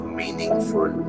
meaningful